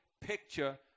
picture